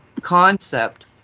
concept